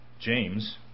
James